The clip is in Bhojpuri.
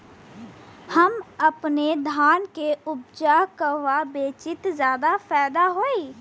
हम अपने धान के उपज कहवा बेंचि त ज्यादा फैदा होई?